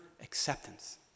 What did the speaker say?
acceptance